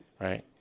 right